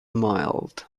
mild